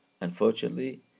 unfortunately